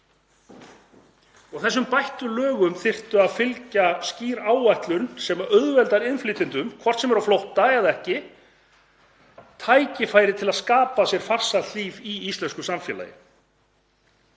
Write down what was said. Þessum bættu lögum þyrfti að fylgja skýr áætlun sem auðveldar innflytjendum, hvort sem er á flótta eða ekki, að fá tækifæri til að skapa sér farsælt líf í íslensku samfélagi.